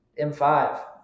M5